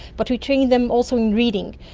but we train them also in reading,